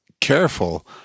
careful